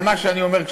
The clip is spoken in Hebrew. אבל מה שאני אומר הוא,